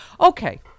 Okay